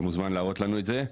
אתה מוזמן להראות לנו את זה,